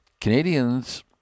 Canadians